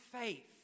faith